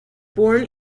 born